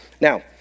Now